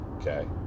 okay